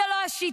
זאת לא השיטה.